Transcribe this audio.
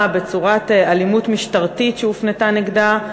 בצורת אלימות משטרתית שהופנתה נגדה,